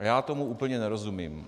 Já tomu úplně nerozumím.